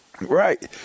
Right